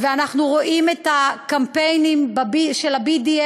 ואנחנו רואים את הקמפיינים של ה-BDS,